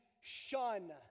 shun